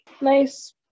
nice